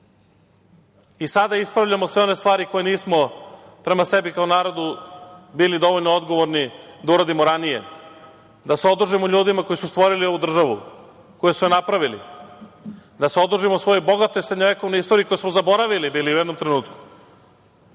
i sada ispravljamo sve one stvari koje nismo prema sebi kao narodu bili dovoljno odgovorni da uradimo ranije, da se odužimo ljudima koji su stvorili ovu državu, koji su je napravili, da se odužimo svojoj bogatoj srednjovekovnoj istoriji koju smo bili zaboravili u jednom trenutku,